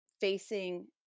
facing